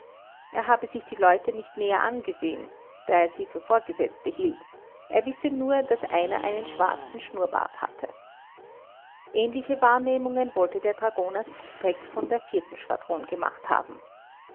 er habe sich die leute nicht näher angesehen hen da er sie für vorgesetzte hielt er wisse nur daß einer einen schwarzen schnurrbart hatte ähnliche wahrnehmungen wollte der dragoner skopeck von der vierten schwadron gemacht haben